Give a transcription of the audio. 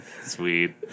Sweet